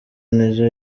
nizzo